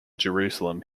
jerusalem